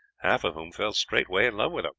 half of whom fell straightway in love with